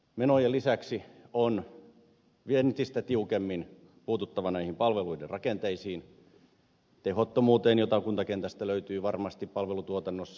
menojen lisäksi on entistä tiukemmin puututtava palveluiden rakenteisiin tehottomuuteen jota kuntakentästä löytyy varmasti palvelutuotannossa